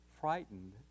frightened